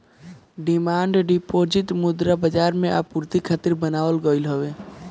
demand deposit मुद्रा बाजार के आपूर्ति खातिर बनावल गईल हवे